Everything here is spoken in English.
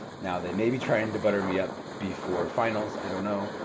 now they may be trying to butter me up before finals, i don't know,